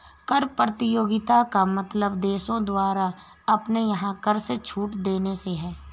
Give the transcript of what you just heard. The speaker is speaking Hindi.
कर प्रतियोगिता का मतलब देशों द्वारा अपने यहाँ कर में छूट देने से है